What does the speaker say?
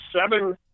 seven